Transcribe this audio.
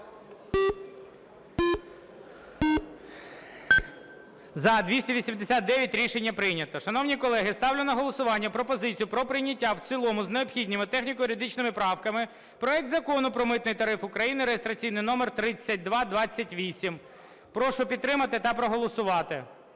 За-289 Рішення прийнято. Шановні колеги, ставлю на голосування пропозицію про прийняття в цілому з необхідними техніко-юридичними правками проекту Закону про Митний тариф України (реєстраційний номер 3228). Прошу підтримати та проголосувати.